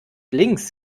links